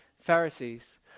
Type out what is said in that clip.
Pharisees